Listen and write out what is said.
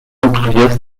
enthousiaste